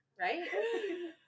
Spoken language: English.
right